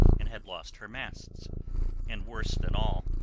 and had lost her masts and, worse than all,